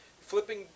Flipping